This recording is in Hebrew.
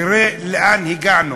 תראה לאן הגענו.